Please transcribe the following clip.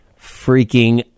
freaking